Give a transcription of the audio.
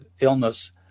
illness